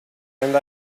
and